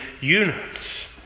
units